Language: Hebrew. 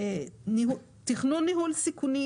תכנון ניהול סיכונים